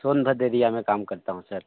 Sonbhadra area में काम करता हूँ सर